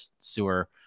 sewer